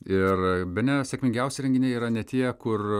ir bene sėkmingiausi renginiai yra ne tie kur